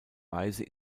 weise